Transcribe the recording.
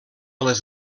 les